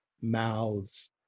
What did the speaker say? mouths